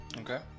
Okay